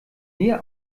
mir